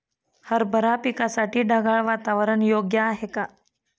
हरभरा पिकासाठी ढगाळ वातावरण योग्य आहे का?